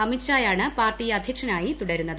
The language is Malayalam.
അമിത്ഷായാണ് പാർട്ടി അദ്ധ്യക്ഷനായി തുടരുന്നത്